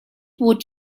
would